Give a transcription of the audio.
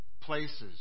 places